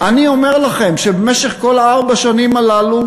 אני אומר לכם שבמשך כל ארבע השנים הללו